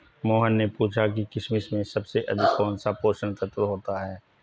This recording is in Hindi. मोहन ने पूछा कि किशमिश में सबसे अधिक कौन सा पोषक तत्व होता है?